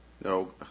no